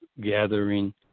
gathering